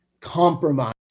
compromise